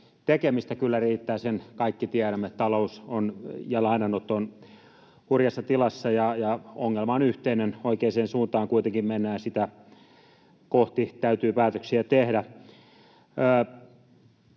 Tekemistä kyllä riittää, sen kaikki tiedämme. Talous ja lainanotto ovat kurjassa tilassa, ja ongelma on yhteinen. Oikeaan suuntaan kuitenkin mennään, ja sitä kohti täytyy päätöksiä tehdä.